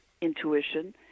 intuition